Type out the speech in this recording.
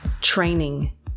training